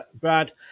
Brad